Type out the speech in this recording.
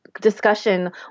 discussion